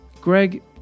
Greg